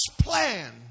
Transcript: plan